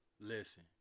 Listen